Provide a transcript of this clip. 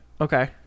Okay